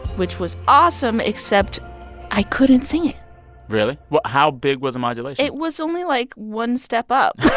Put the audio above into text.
which was awesome, except i couldn't sing it really? well, how big was the modulation? it was only, like, one step up